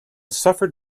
suffered